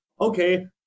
okay